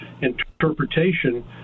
interpretation